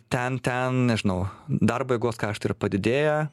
ten ten nežinau darbo jėgos kaštai yra padidėję